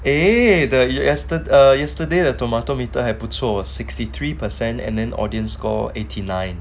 eh the you yesterday uh yesterday the tomato meter 还不错 sixty three percent and then audience score eighty nine